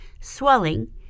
swelling